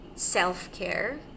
self-care